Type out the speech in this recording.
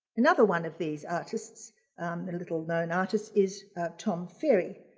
another one of these artists the little-known artist is tom ferry,